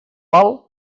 val